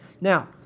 Now